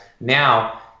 now